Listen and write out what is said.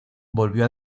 volvió